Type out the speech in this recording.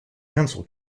pencil